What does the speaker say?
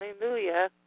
Hallelujah